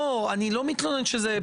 לא, אני לא מתלונן על זה.